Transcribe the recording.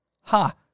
Ha